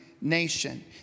nation